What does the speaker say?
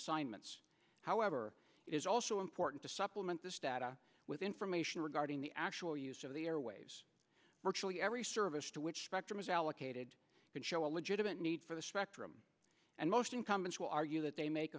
assignments however it is also important to apple meant this data with information regarding the actual use of the airwaves virtually every service to which spectrum is allocated can show a legitimate need for the spectrum and most incumbents will argue that they make